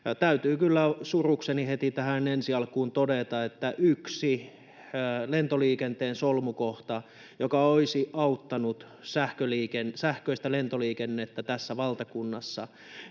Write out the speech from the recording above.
Täytyy kyllä surukseni heti tähän ensi alkuun todeta, että yksi lentoliikenteen solmukohta, joka olisi auttanut sähköistä lentoliikennettä tässä valtakunnassa,